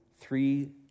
three